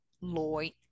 lloyd